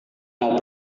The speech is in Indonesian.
mau